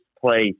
place